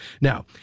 Now